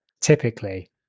typically